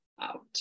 out